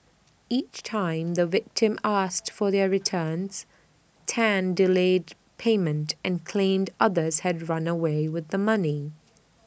each time the victims asked for their returns Tan delayed payment and claimed others had run away with the money